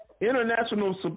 international